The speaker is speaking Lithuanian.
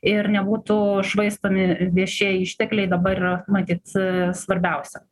ir nebūtų švaistomi viešieji ištekliai dabar yra matyt svarbiausia